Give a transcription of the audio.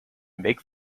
make